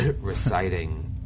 reciting